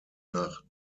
nach